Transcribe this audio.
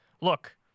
look—